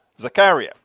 Zachariah